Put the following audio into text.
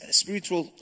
spiritual